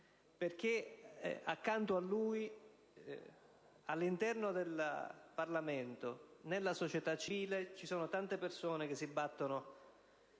perché, accanto a lui, all'interno del Parlamento, nella società civile ci sono tante persone che si battono